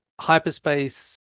hyperspace